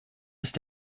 ist